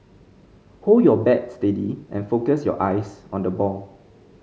hold your bat steady and focus your eyes on the ball